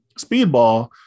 Speedball